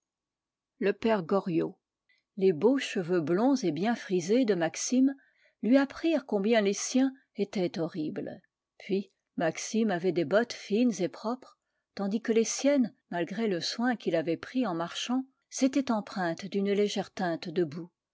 excellent n a les beaux cheveux blonds et bien frisés de maxime lui apprirent combien les siens étaient horribles puis maxime avait des bottes fines et propres tandis que les siennes malgré le soin qu'il avait pris en marchant s'étaient empreintes d'une légère teinte de